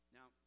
Now